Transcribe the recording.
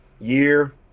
year